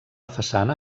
façana